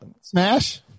Smash